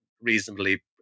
reasonably